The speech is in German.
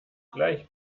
gleich